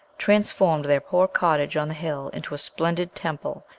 transformed their poor cottage on the hill into a splendid temple,